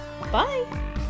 Bye